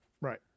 Right